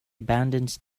abandons